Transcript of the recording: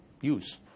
use